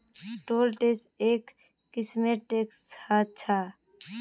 toll tax एक किस्मेर tax ह छः